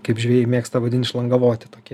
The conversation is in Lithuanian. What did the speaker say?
kaip žvejai mėgsta vadint šlangalvoti tokie